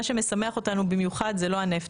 מה שמשמח אותנו במיוחד זה לא הנפט,